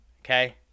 Okay